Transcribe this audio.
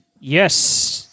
Yes